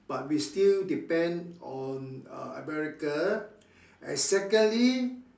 but we still depend on uh America and secondly